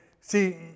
see